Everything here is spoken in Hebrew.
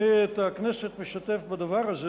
אני משתף את הכנסת בדבר הזה,